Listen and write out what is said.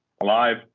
alive